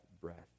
breath